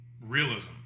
realism